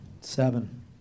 Seven